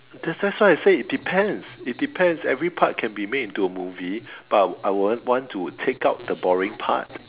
that's that's why I say it depends it depends every part can be made into a movie but I I want want to take out the boring part